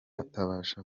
atabasha